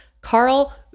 Carl